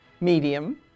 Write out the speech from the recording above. medium